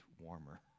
warmer